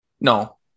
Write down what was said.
no